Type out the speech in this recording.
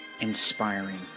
inspiring